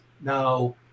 now